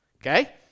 Okay